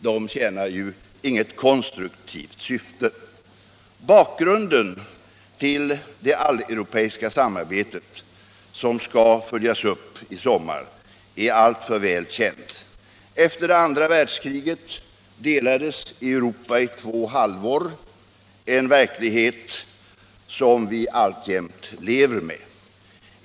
De tjänar inget konstruktivt syfte. Bakgrunden till det alleuropeiska samarbetet, som skall följas upp i sommar, är alltför väl känd. Efter det andra världskriget delades Europa i två halvor, en verklighet som vi alltjämt lever med.